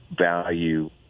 value